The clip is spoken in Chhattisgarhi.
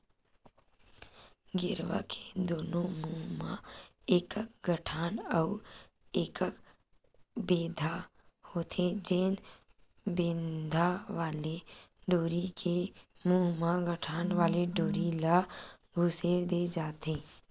गेरवा के दूनों मुहूँ म एकाक गठान अउ एकाक बेंधा होथे, जेन बेंधा वाले डोरी के मुहूँ म गठान वाले डोरी ल खुसेर दे जाथे